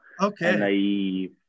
Okay